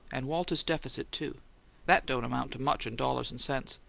and walter's deficit, too that don't amount to much in dollars and cents.